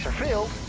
field